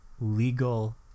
legal